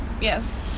Yes